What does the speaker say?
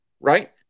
right